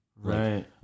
Right